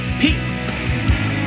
peace